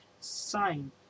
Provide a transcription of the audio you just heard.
sign